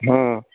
हँ